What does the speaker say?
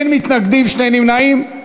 אין מתנגדים, שני נמנעים.